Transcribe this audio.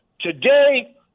today